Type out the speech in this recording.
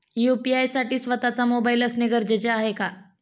UPI साठी स्वत:चा mobile असणे गरजेचे आहे का?